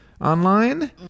online